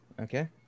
Okay